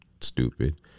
stupid